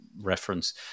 reference